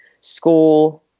school